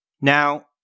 Now